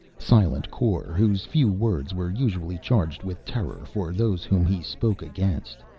silent kor, whose few words were usually charged with terror for those whom he spoke against.